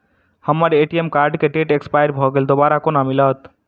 हम्मर ATM card केँ date expire भऽ गेल दोबारा कोना मिलत?